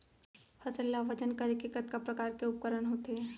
फसल ला वजन करे के कतका प्रकार के उपकरण होथे?